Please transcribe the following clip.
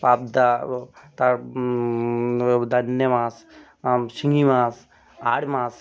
পাবদা ও তার দাতনে মাছ শিঙি মাছ আড় মাছ